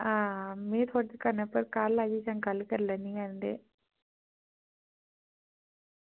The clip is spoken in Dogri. हां में थुआढ़े कन्नै कल आइयै गल्ल करी लैनी आं ते